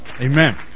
amen